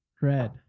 Red